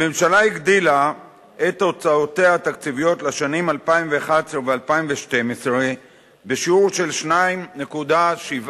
הממשלה הגדילה את הוצאותיה התקציביות לשנים 2011 ו-2012 בשיעור של 2.7%,